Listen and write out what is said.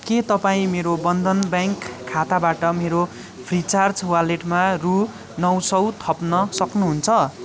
के तपाईँ मेरो बन्धन ब्याङ्क खाताबाट मेरो फ्रिचार्ज वालेटमा रू नौ सय थप्न सक्नुहुन्छ